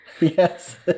Yes